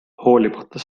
hoolimata